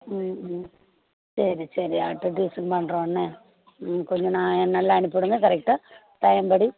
ம் ம் சரி சரி பண்ணுறோம் என்ன ம் கொஞ்சம் ந நல்லா அனுப்பிவிடுங்க கரெக்டாக டைம் படி